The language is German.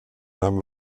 name